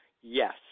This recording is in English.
Yes